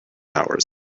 hours